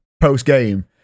post-game